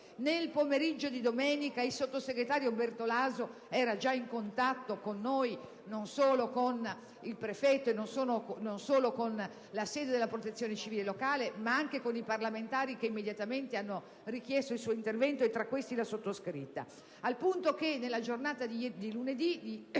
Nel pomeriggio di domenica il sottosegretario Bertolaso era già in contatto con noi, non solo con il prefetto e con la sede della Protezione civile locale, ma anche con i parlamentari che immediatamente hanno richiesto il suo intervento e, tra questi, la sottoscritta.